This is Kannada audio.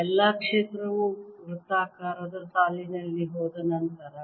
ಎಲ್ಲಾ ಕ್ಷೇತ್ರವು ವೃತ್ತಾಕಾರದ ಸಾಲಿನಲ್ಲಿ ಹೋದ ನಂತರ